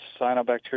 Cyanobacteria